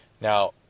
Now